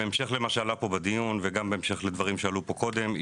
בהמשך למה שעלה כאן בדיון וגם בהמשך לדברים שעלו פה קודם,